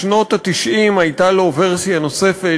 בשנות ה-90 הייתה לו ורסיה נוספת,